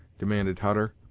demanded hutter,